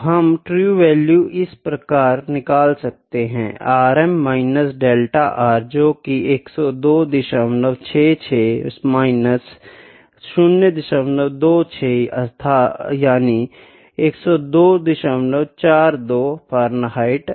तो हम true value इस प्रकार निकल सकते है Rm माइनस डेल्टा R जोकि है 10266 माइनस 026 यानि 10240 फ़ारेनहाइट